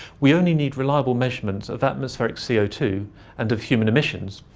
we only need reliable measurements of atmospheric c o two and of human emissions,